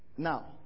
Now